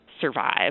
survive